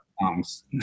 songs